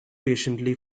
patiently